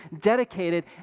dedicated